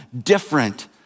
different